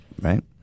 right